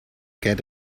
get